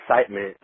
excitement